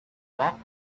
walked